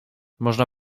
można